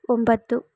ಒಂಬತ್ತು